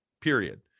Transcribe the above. period